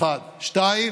אדוני